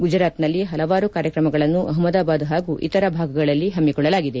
ಗುಜರಾತ್ನಲ್ಲಿ ಹಲವಾರು ಕಾರ್ಯಕ್ರಮಗಳನ್ನು ಅಹ್ಮದಾಬಾದ್ ಹಾಗೂ ಇತರ ಭಾಗಗಳಲ್ಲಿ ಹಮ್ಮಿಕೊಳ್ಳಲಾಗಿದೆ